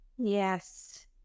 Yes